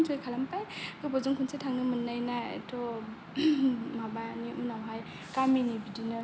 इनजय खालामबाय गोबावजों खनसे थांनो मोननाय ना एथ' माबानि उनावहाय गामिनि बिदिनो